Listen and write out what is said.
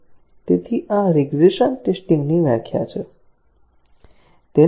તેથી આ regression testing ની વ્યાખ્યા છે